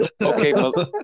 Okay